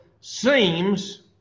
seems